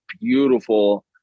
beautiful